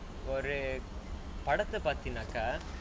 for ஒரு படத்தை பார்தைனாக:oru padathai paarthainaaka